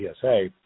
PSA